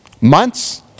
Months